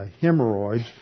hemorrhoids